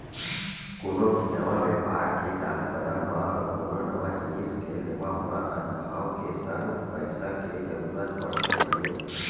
कोनो भी नवा बेपार के चालू करब मा अउ कोनो नवा जिनिस के लेवब म अनभव के संग पइसा के जरुरत पड़थे बने